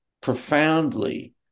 profoundly